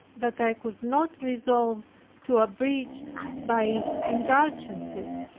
that i could not resolve to abridge by indulgences,